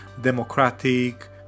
democratic